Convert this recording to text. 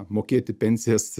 mokėti pensijas